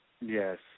Yes